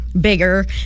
bigger